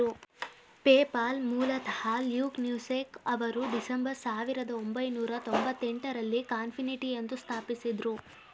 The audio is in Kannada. ಪೇಪಾಲ್ ಮೂಲತಃ ಲ್ಯೂಕ್ ನೂಸೆಕ್ ಅವರು ಡಿಸೆಂಬರ್ ಸಾವಿರದ ಒಂಬೈನೂರ ತೊಂಭತ್ತೆಂಟು ರಲ್ಲಿ ಕಾನ್ಫಿನಿಟಿ ಎಂದು ಸ್ಥಾಪಿಸಿದ್ದ್ರು